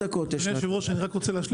אדוני היושב-ראש, אני רק רוצה להשלים.